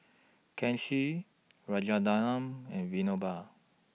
Kanshi Rajaratnam and Vinoba